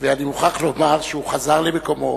אני מוכרח לומר, שהוא חזר למקומו.